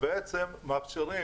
מאפשרים